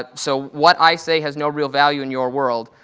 but so, what i say has no real value in your world.